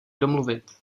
domluvit